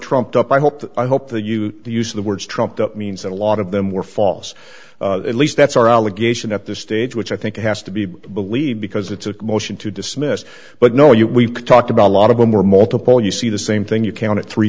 trumped up i hope i hope that you used the words trumped up means that a lot of them were false at least that's our allegation at this stage which i think has to be believed because it's a motion to dismiss but know you we've talked about a lot of them were multiple you see the same thing you counted three